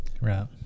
Right